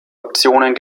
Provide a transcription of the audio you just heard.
aktionen